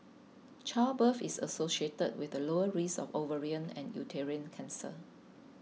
childbirth is associated with a lower risk of ovarian and uterine cancer